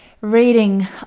reading